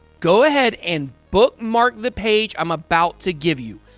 go ahead and bookmark the page i'm about to give you.